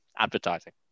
advertising